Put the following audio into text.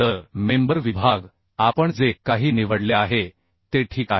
तर मेंबर विभाग आपण जे काही निवडले आहे ते ठीक आहे